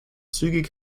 zügig